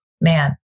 man